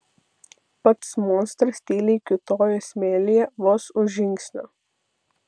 pats monstras tyliai kiūtojo smėlyje vos už žingsnio